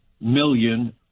million